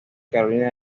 carolina